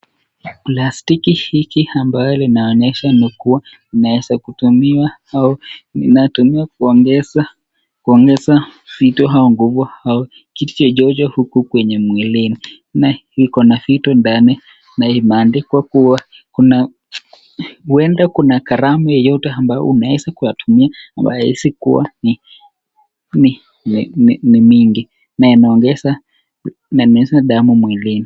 Ni plastiki hiki ambalo linaonyesha huenda hutumiwa au linatumiwa kuongeza kuongeza vitu au nguvu au kitu chochote huku kwenye mwilini. Na liko na vitu ndani na limeandikwa kuwa huenda kuna kalamu yeyote ambayo unaweza kuyatumia ambayo haihisi kuwa ni mingi. Na inaongeza inaongeza damu mwilini.